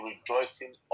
rejoicing